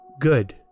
good